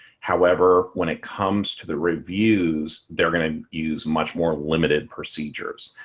however, when it comes to the reviews, they're going to use much more limited procedures.